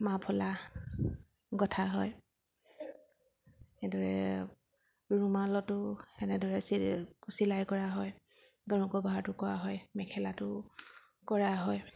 muffler গঁঠা হয় সেইদৰে ৰুমালতো এনেদৰে চিলাই কৰা হয় গাৰু কভাৰটো কৰা হয় মেখেলাটো কৰা হয়